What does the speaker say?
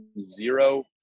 zero